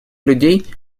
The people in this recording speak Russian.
людей